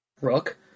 rook